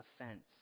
offense